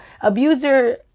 abuser